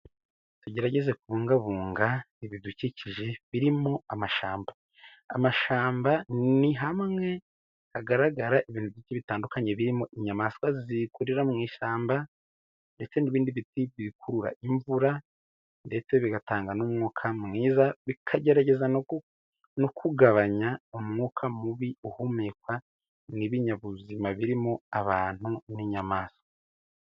Tugerageza kubungabunga ibidukikije birimo amashyamba. Amashyamba ni hamwe hagaragara ibintu byinshi bitandukanye. Birimo inyamaswa zikurira mu ishyamba ndetse n'ibindi biti bikurura imvura, ndetse bigatanga n'umwuka mwiza ,bikagerageza no kugabanya umwuka mubi uhumekwa n'ibinyabuzima birimo abantu n'inyamaswa.